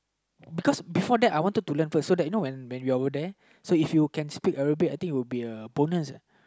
because before that I wanted to learn first so that when when we're over there so if you can speak Abrabic I think it would be a bonus uh